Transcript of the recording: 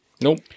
Nope